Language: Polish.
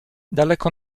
daleko